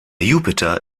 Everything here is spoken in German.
jupiter